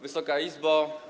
Wysoka Izbo!